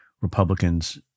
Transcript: Republicans